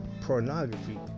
pornography